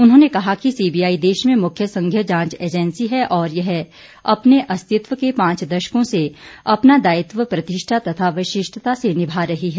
उन्होंने कहा कि सीबीआई देश में मुख्य संघीय जांच एजेंसी है और यह अपने अस्तित्व के पांच दशकों से अपना दायित्व प्रतिष्ठा तथा विशिष्टता से निभा रही है